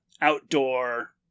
outdoor